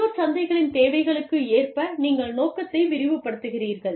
உள்ளூர் சந்தைகளின் தேவைகளுக்கு ஏற்ப நீங்கள் நோக்கத்தை விரிவுபடுத்துகிறீர்கள்